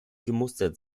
gemustert